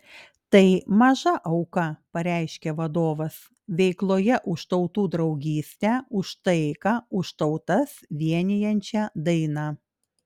tai maža auka pareiškė vadovas veikloje už tautų draugystę už taiką už tautas vienijančią dainą